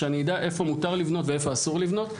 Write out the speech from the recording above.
שאני אדע איפה מותר לבנות ואיפה אסור לבנות.